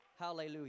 Hallelujah